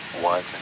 one